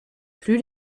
plus